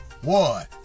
one